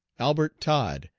albert todd,